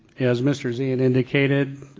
as mr. zian indicated,